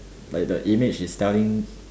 like the image is telling